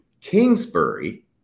Kingsbury